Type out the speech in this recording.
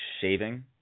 shaving